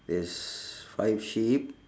there's five sheep